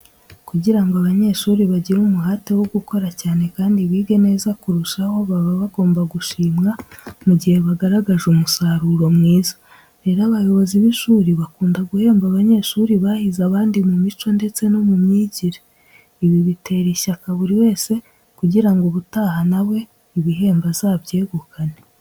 Kugira ngo abanyeshuri bagire umuhate wo gukora cyane kandi bige neza kurushaho baba bagomba gushimwa mu gihe bagaragaje umusaruro mwiza. Rero abayobozi b'ishuri bakunda guhemba abanyeshuri bahize abandi mu mico ndetse no mu myigire. Ibi bitera ishyaka buri wese kugira ngo ubutaha na we ibihembo azabyegukane.